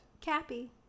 Cappy